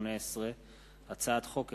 פ/1457/18 וכלה בהצעת חוק פ/1569/18,